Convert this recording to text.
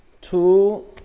two